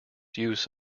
use